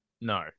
No